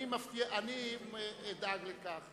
אני אדאג לכך,